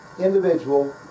individual